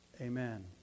Amen